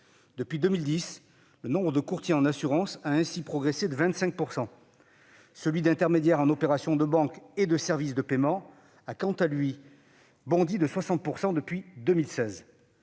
Depuis 2010, le nombre de courtiers en assurances a ainsi progressé de 25 %. Celui d'intermédiaires en opérations de banque et de services de paiement a, quant à lui, bondi de 60 % depuis 2016.